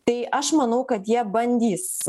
tai aš manau kad jie bandys